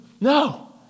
No